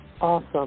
Awesome